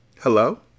Hello